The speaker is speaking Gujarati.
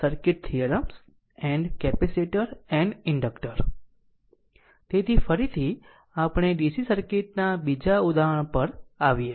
તેથી ફરીથી આપણે DC સર્કિટ ના બીજા ઉદાહરણ પર આવીએ